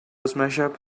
smashup